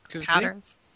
patterns